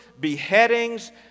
beheadings